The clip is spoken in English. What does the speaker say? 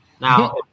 Now